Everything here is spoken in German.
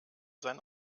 sein